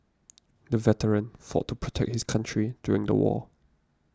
the veteran fought to protect his country during the war